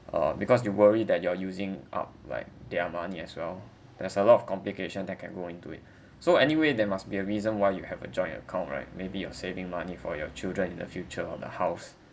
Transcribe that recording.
uh because you worry that you are using up like their money as well there's a lot of complication that can go into it so anyway there must be a reason why you have a joint account right maybe you are saving money for your children in the future of the house